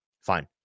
Fine